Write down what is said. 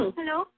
Hello